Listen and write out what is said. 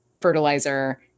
fertilizer